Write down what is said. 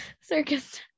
circus